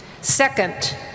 Second